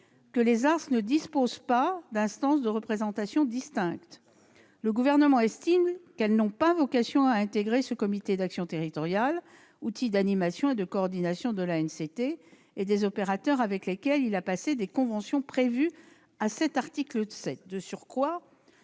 que les ARS ne disposent pas d'instances de représentation distinctes, le Gouvernement estime qu'elles n'ont pas vocation à intégrer ce comité d'action territoriale, outils d'animation et de coordination de l'ANCT et des opérateurs avec lesquels il a passé des conventions prévues à cet article 7. De surcroît,